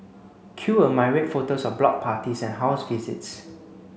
cue a myriad photos of block parties and house visits